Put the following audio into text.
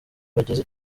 bagize